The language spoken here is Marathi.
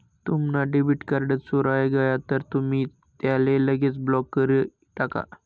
तुम्हना डेबिट कार्ड चोराय गय तर तुमी त्याले लगेच ब्लॉक करी टाका